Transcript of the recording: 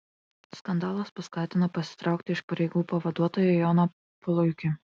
skandalas paskatino pasitraukti iš pareigų pavaduotoją joną puluikį